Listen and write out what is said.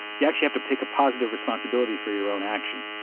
you actually have to take a positive responsibility for your own action.